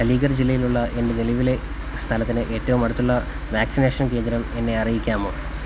അലീഗർ ജില്ലയിലുള്ള എന്റെ നിലവിലെ സ്ഥലത്തിന് ഏറ്റവുമടുത്തുള്ള വാക്സിനേഷൻ കേന്ദ്രം എന്നെ അറിയിക്കാമോ